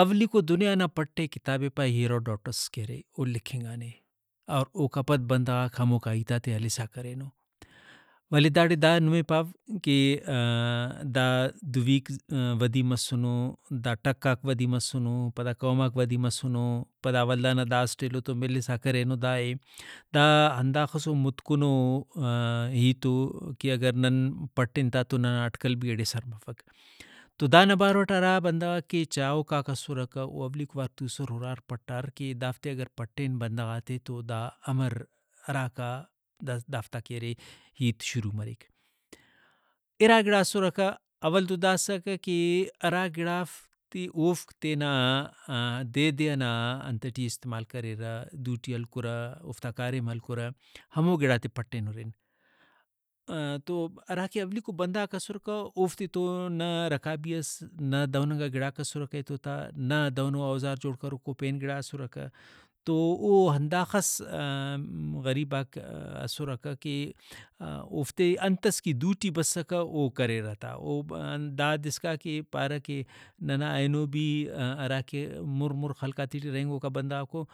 اولیکو دنیا نا پٹے کتابے پا ہیروڈوٹس کہ ارے او لکھنگانے اور اوکا پد بندغاک ہموکا ہیتاتےہلسا کرینو ولے داڑے دا نمے پاو کہ دا دویک ودی مسنو دا ٹکاک ودی مسنو پدا قوماک ودی مسنو پدا ولدانا دا اسٹ ایلو تو ملسا کرینو دائے دا ہنداخسو متکنو ہیتو کہ اگر نن پٹن تا تو ننا اٹکل بھی ایڑے سر مفک ۔تو دانا باروٹ ہرا بندغاک کہ چاہوکاک اسرکہ او اولیکو وار توسرہُرار پٹار کہ دافتے اگر پٹن بندغاتے تو دا امر اراکا دافتا کہ ارے ہیت شروع مریک۔ اِرا گڑا اسرکہ اول تو دا اسکہ کہ ہرا گڑافتے اوفک تینا دے دے ئنا انت ٹی استعمال کریرہ دوٹی ہلکرہ اوفتا کاریم ہلکرہ ہمو گڑاتے پٹین ہُرن تو ہراکہ اولیکو بندغاک اسرکہ اوفتے تو نہ رکابی اس نہ دہننگا گڑاک اسرکہ ایتوتا نہ دہنو اوزار جوڑکروکو پین گڑا اسرکہ تو او ہنداخس غریباک اسرکہ کہ اوفتے انتس کہ دوٹی بسکہ او کریرہ تا او دا حد اسکا کہ پارہ کہ ننا اینو بھی ہراکہ مُر مُر خلقاتے ٹی رہینگوکا بندغاکو